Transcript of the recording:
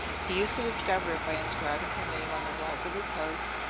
he used to discover it by inscribing her name on the walls of his house,